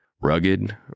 Rugged